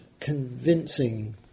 convincing